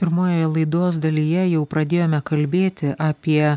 pirmojoje laidos dalyje jau pradėjome kalbėti apie